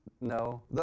No